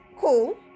cool